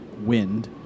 Wind